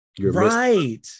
Right